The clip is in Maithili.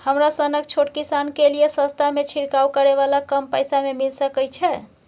हमरा सनक छोट किसान के लिए सस्ता में छिरकाव करै वाला कम पैसा में मिल सकै छै?